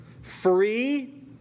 Free